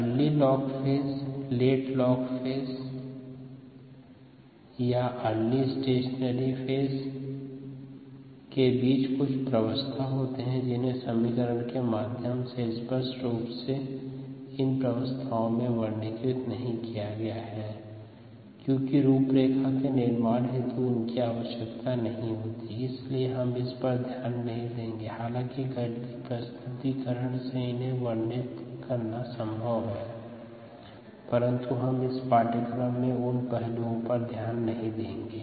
early log phase late log phase या early stationary phase के बीच कुछ प्रावस्था होते हैं जिन्हें समीकरण के माध्यम से स्पष्ट रूप से इन प्रावस्था को वर्णित नहीं किया गया है क्यूंकि रूपरेखा के निर्माण हेतु उनकी आवश्यकता नहीं होती है इसलिए हम इस पर ध्यान नहीं देंगे हालांकि गणितीय प्रस्तुतीकरण से इन्हें वर्णित करना संभव है परंतु हम इस पाठ्यक्रम में उन पहलुओं पर ध्यान नहीं देंगे